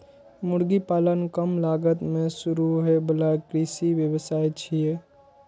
मुर्गी पालन कम लागत मे शुरू होइ बला कृषि व्यवसाय छियै